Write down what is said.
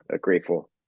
grateful